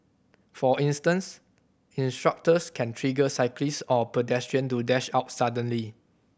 for instance instructors can trigger cyclists or pedestrian to dash out suddenly